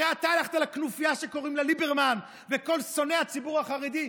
הרי אתה הלכת לכנופיה שקוראים לה ליברמן וכל שונאי הציבור החרדי,